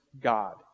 God